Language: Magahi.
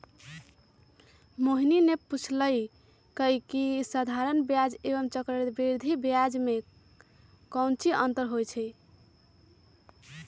मोहिनी ने पूछल कई की साधारण ब्याज एवं चक्रवृद्धि ब्याज में काऊची अंतर हई?